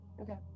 Okay